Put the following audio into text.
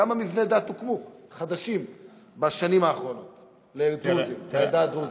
כמה מבני דת חדשים הוקמו בשנים האחרונות לעדה הדרוזית?